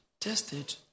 tested